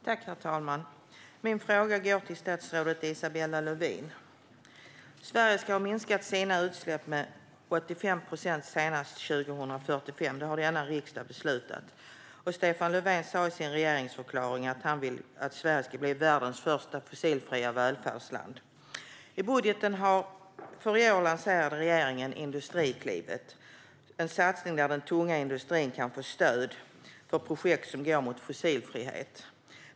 Herr talman! Min fråga går till statsrådet Isabella Lövin. Sverige ska ha minskat sina utsläpp med 85 procent senast 2045. Det har denna riksdag beslutat. Stefan Löfven sa i sin regeringsförklaring att han vill att Sverige ska bli världens första fossilfria välfärdsland. I budgeten för i år lanserade regeringen Industriklivet, en satsning där den tunga industrin kan få stöd för projekt som går mot fossilfrihet.